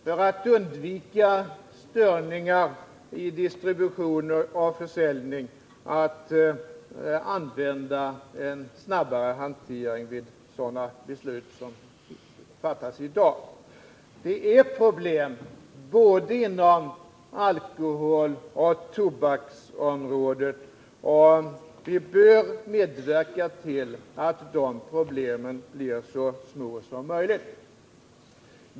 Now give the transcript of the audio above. För att undvika störningar i distribution och försäljning kan det emellertid finnas skäl för en snabbare hantering vid sådana beslut som det som skall fattas i dag. Det finns problem inom både alkoholoch tobaksområdet, och vi bör medverka till att dessa problem blir så små som möjligt.